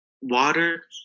water